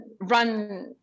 run